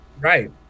Right